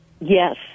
Yes